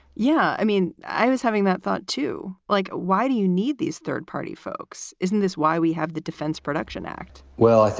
yeah. i mean, i was having that thought, too. like, why do you need these third party folks? isn't this why we have the defense production act? well,